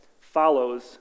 follows